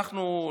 אנחנו,